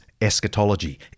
eschatology